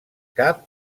cap